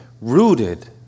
rooted